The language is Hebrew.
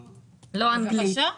לא אנגלית.